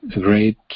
great